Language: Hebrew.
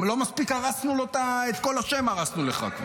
לא מספיק הרסנו לו, את כל השם הרסנו לך.